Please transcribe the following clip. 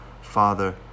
Father